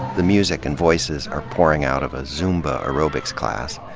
the music and voices are pouring out of a zoomba aerobics class.